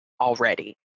already